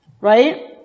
Right